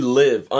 live